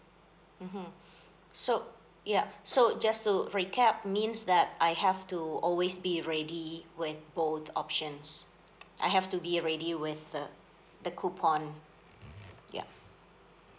mmhmm so ya so just to recap means that I have to always be ready with both options I have to be ready with the the coupon yup